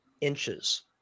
inches